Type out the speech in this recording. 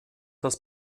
das